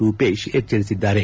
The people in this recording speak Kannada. ರೂಪೇಶ್ ಎಚ್ಚರಿಸಿದ್ದಾರೆ